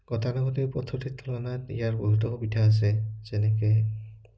গতানুগতিক পদ্ধতিৰ তুলনাত ইয়াৰ বহুতো সুবিধা আছে যেনেকৈ